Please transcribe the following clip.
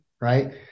right